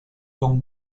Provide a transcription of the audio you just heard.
con